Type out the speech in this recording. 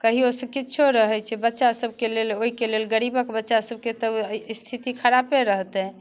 कहियो किछो रहैत छै बच्चासभके लेल ओहिके लेल गरीबक बच्चासभके तऽ स्थिति खरापे रहतै